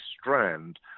strand